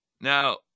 Now